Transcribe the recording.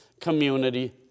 community